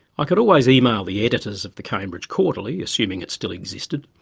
i could always email the editors of the cambridge quarterly assuming it still existed,